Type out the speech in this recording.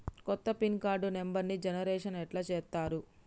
కొత్త pin card నెంబర్ని generation ఎట్లా చేత్తరు?